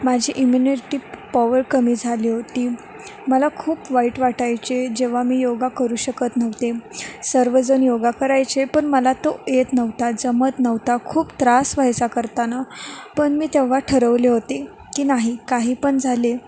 माझी immunity power कमी झाली होती मला खूप वाईट वाटायचे जेव्हा मी योगा करू शकत नव्हते सर्वजण योगा करायचे पण मला तो येत नव्हता जमत नव्हता खूप त्रास व्हायचा करताना पण मी तेव्हा ठरवले होते की नाही काही पण झाले